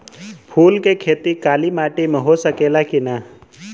फूल के खेती काली माटी में हो सकेला की ना?